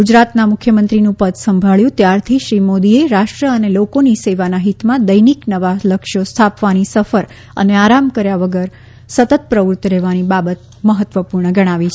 ગુજરાતના મુખ્યમંત્રીનું પદ સંભાબ્યું ત્યારથી શ્રી મોદીએ રાષ્ટ્ર અને લોકોની સેવાના હિતમાં દૈનિક નવાં લક્ષ્યો સ્થાપવાની સફર અને આરામ કર્યા વિના સતત પ્રવૃત્ત રહેવાની બાબત મહત્વપૂર્ણ ગણાવી છે